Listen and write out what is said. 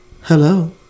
hello